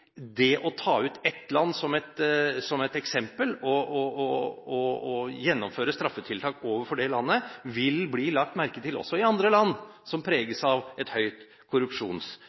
det å ta ut ett land som et eksempel, og gjennomføre straffetiltak overfor det landet, vil bli lagt merke til også i andre land som preges av høyt